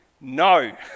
no